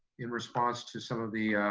in response to some of the